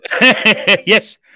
yes